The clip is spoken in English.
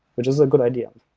which is a good idea.